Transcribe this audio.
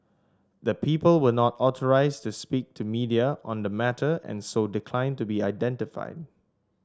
the people were not authorised to speak to media on the matter and so declined to be identified